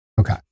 Okay